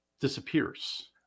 disappears